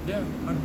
ya I know